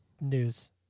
news